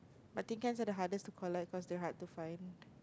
but tin cans are the hardest to collect cause they are hard to find